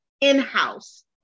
in-house